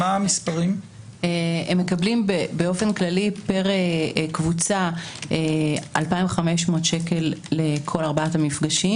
הם מקבלים באופן כללי פר קבוצה 2,500 שקל לכל ארבעת המפגשים.